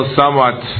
somewhat